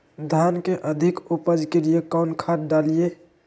धान के अधिक उपज के लिए कौन खाद डालिय?